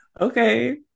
Okay